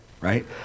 right